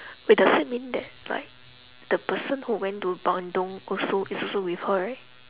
wait does it mean that like the person who went to bandung also is also with her right